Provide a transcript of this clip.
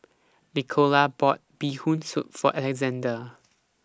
Nicola bought Bee Hoon Soup For Alexande